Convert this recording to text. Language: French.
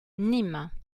nîmes